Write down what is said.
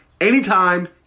anytime